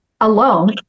alone